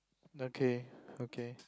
okay okay